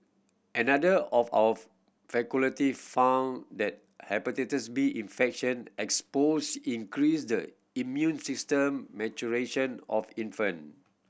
another of our found that Hepatitis B infection exposure increase the immune system maturation of infant